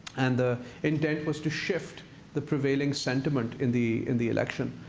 and the intent was to shift the prevailing sentiment in the in the election.